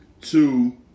Two